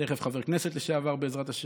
תכף חבר כנסת לשעבר, בעזרת השם.